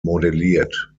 modelliert